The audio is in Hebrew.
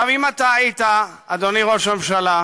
עכשיו, אם אתה היית, אדוני ראש הממשלה,